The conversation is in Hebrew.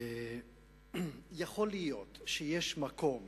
יכול להיות שיש מקום